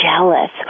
jealous